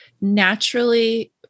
naturally